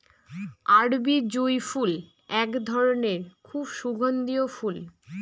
আরবি জুঁই ফুল এক ধরনের খুব সুগন্ধিও ফুল